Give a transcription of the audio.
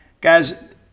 Guys